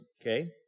okay